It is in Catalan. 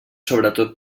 sobretot